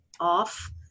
off